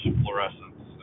fluorescence